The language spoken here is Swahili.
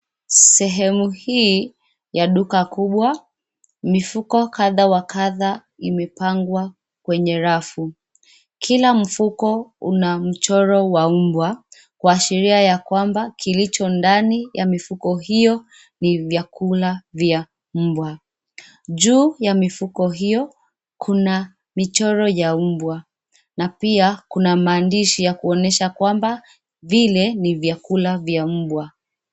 Sehemu hii ya duka kubwa, mifuko kadha wa kadha imepangwa kwenye rafu. Kila mfuko una mchoro wa mbwa, kuashiria ya kwamba kilicho ndani ya mifuko hiyo, ni vyakula vya mbwa. Juu ya mifuko hiyo, kuna michoro ya mbwa na pia kuna maandishi ya kuonesha kwamba, vile ni vyakula vya mbwa.